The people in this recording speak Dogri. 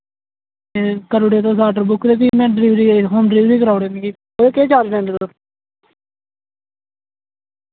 एह् करी ओड़ेओ तुस आर्डर बुक ते फ्ही में डिलीवरी एह् होम डिलीवरी कराई ओड़ेओ मिकी ओह्दे केह् चार्ज लैंदे तुस